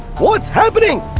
what's happening?